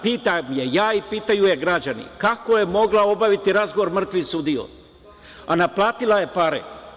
Pitam je ja i pitaju je građani – kako je mogla obaviti razgovor s mrtvim sudijom, a naplatila je pare.